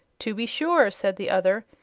to be sure, said the other.